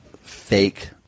fake